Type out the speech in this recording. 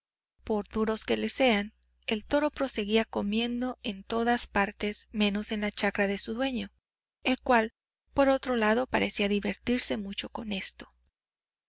por duros que les sean el toro proseguía comiendo en todas partes menos en la chacra de su dueño el cual por otro lado parecía divertirse mucho con esto